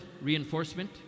reinforcement